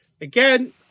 again